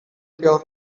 pure